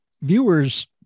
viewers